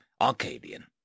Arcadian